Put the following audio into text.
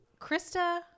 Krista